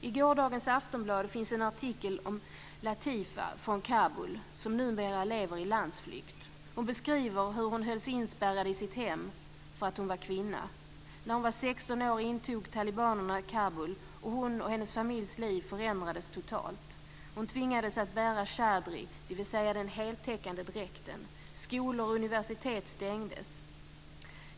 I gårdagens Aftonbladet finns en artikel om Latifa från Kabul som numera lever i landsflykt. Hon beskriver hur hon hölls inspärrad i sitt hem för att hon var kvinna. När hon var 16 år intog talibanerna Kabul och hennes och hennes familjs liv förändrades totalt. Hon tvingades bära chadri, dvs. den heltäckande dräkten. Skolor och universitet stängdes.